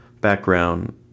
background